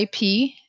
IP